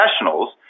professionals